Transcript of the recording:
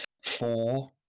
Four